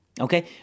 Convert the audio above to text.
Okay